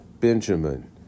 Benjamin